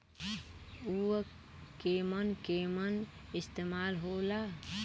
उव केमन केमन इस्तेमाल हो ला?